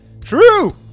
True